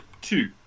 two